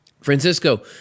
Francisco